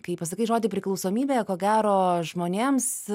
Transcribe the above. kai pasakai žodį priklausomybė ko gero žmonėms